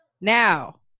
now